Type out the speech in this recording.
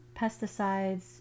pesticides